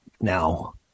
Now